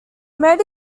made